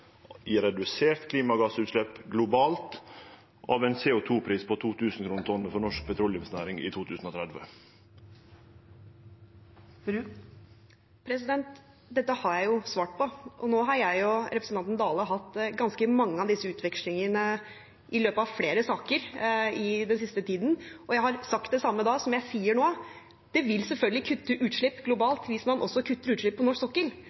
i reduserte klimagassutslepp globalt av ein CO 2 -pris på 2 000 kr per tonn for norsk petroleumsnæring i 2030? Dette har jeg jo svart på. Nå har jeg og representanten Dale hatt ganske mange av disse utvekslingene i flere saker i løpet av den siste tiden. Jeg har sagt det samme da som jeg sier nå: Det vil selvfølgelig kutte utslipp globalt hvis man også kutter utslipp på norsk sokkel.